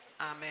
Amen